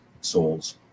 souls